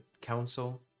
council